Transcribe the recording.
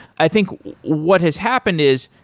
i think what has happened is,